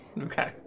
Okay